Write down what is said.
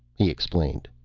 he explained.